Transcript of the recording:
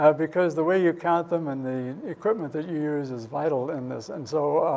ah because the way you count them and the equipment that you use is vital in this. and so, ah,